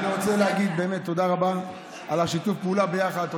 אני רוצה להגיד תודה רבה על שיתוף הפעולה ביחד.